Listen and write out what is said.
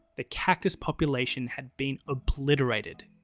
the cactus population had been obliterated.